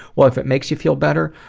well, if it makes you feel better,